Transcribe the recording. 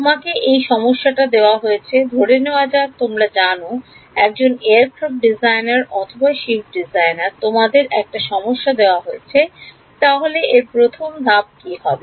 তোমাকে এই সমস্যাটা দেওয়া হয়েছে ধরে নেওয়া যাক তোমরা জানো একজন এয়ারক্রাফ্ট ডিজাইনার অথবা শিপ ডিজাইনার তোমাদের একটা সমস্যা দেওয়া হয়েছে তাহলে এর প্রথম ধাপ কি হবে